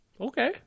Okay